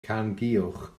carnguwch